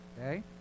okay